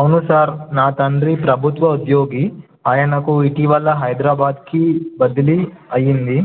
అవును సార్ నా తండ్రి ప్రభుత్వ ఉద్యోగి ఆయనకు ఇటీవల్ల హైదరాబాద్కి బదిలి అయ్యింది